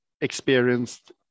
experienced